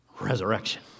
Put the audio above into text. Resurrection